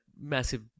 massive